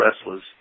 wrestlers